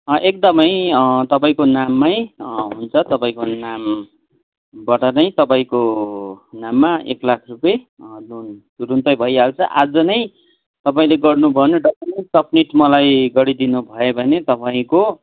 अँ एकदमै तपाईँको नाममै हुन्छ तपाईँको नामबाट नै तपाईँको नाममा एक लाख रुपियाँ लोन तुरुन्तै भइहाल्छ आज नै तपाईँले गर्नुभयो भने डकुमेन्ट सब्मिट गरिदिनु भयो भने तपाईँको